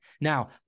Now